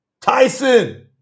Tyson